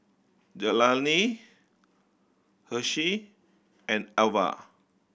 Jelani Hershel and Alver